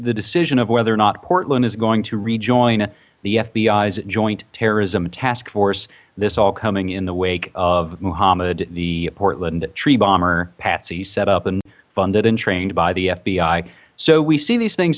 the decision of whether or not portland is going to rejoin the fbi's joint terrorism task force this all coming in the wake of mohammed the portland treebomber patsy set up and funded and trained by the fbi so we see these things